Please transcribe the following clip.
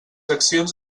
accions